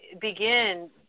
begin –